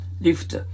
Lift